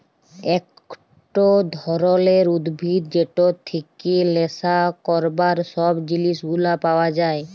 একট ধরলের উদ্ভিদ যেটর থেক্যে লেসা ক্যরবার সব জিলিস গুলা পাওয়া যায়